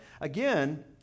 again